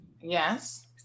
yes